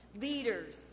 leaders